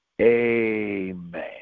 Amen